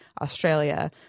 Australia